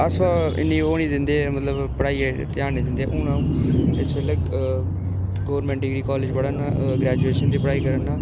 अस इ'न्ने ओह् निं दिंदे मतलब पढ़ाइयै ई ध्यान निं दिंदे हे हू'न अं'ऊ इस बेल्लै गौरमैंट डिग्री कॉलेज पढ़ा ना ग्रेजूएशन दी पढ़ाई करा ना